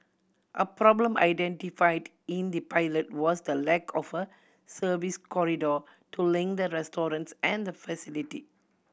a problem identified in the pilot was the lack of a service corridor to link the restaurants and the facility